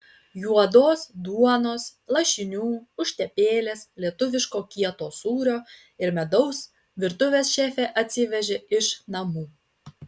juodos duonos lašinių užtepėlės lietuviško kieto sūrio ir medaus virtuvės šefė atsivežė iš namų